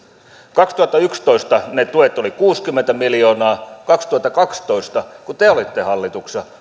kaksituhattayksitoista ne tuet olivat kuusikymmentä miljoonaa vuonna kaksituhattakaksitoista kun te te olitte hallituksessa